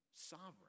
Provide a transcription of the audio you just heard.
sovereign